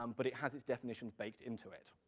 um but it has its definitions baked into it.